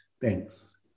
Thanks